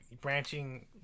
branching